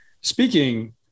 speaking